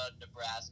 Nebraska